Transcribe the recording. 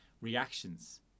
reactions